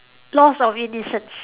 lost of innocence